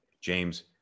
James